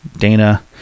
Dana